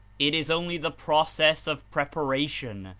it is only the process of preparation,